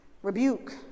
Rebuke